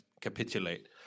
capitulate